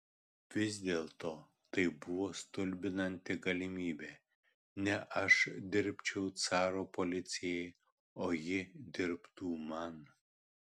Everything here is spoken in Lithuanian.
vis dėlto tai buvo stulbinanti galimybė ne aš dirbčiau caro policijai o ji dirbtų man